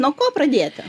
nuo ko pradėti